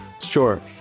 Sure